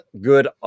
good